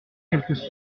quelques